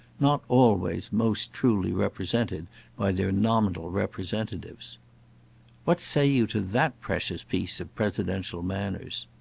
not always most truly represented by their nominal representatives what say you to that precious piece of presidential manners?